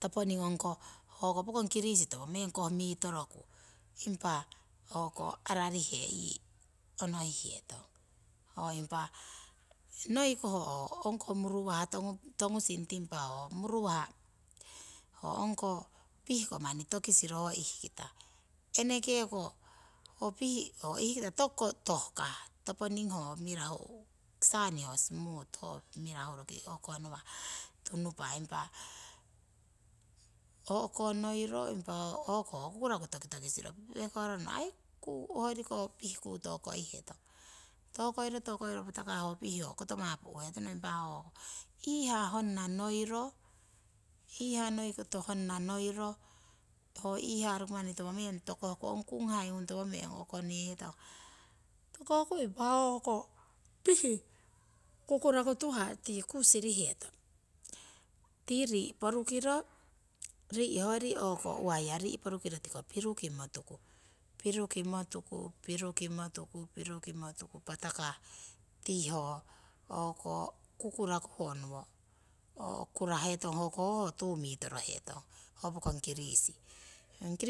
Toponing hoko pokong kirisi toponing meng kohrukoruku pokong kirisi topomeng koh mitoroku impa arariheyii onohihetong. Ho noiko ho ong muruwah tongusing timpa ho muruwah ho ongko. pihko manni tokisiro ho ihkita eneke ko ho pih ho ihkita tukuko tohkah toponing ho mirahu saniho smooth ho mirahu roki o'ko nawah tunupah impa o'konoiro impa hoko kukuraku tokitokisro. pehko'rano aii kuu tokoiro patakah ho pih hokoto mapukah. Impa ho iihaa honna noiro ho iihaa roki manni topomeng tokohku ong kuhai, ong kuhai ngung topomeng tiko hoko pih kukuraku. tuhah tii kuu sirihetong. Tii rii' porukiro rii' hoyori uwaiya porukiro tiko pirukimo tuku, pirukimo tuku patakah ti ho kukuraku honowo kurahku hokoho tuu mitorohetong ho pokong kirisi. ong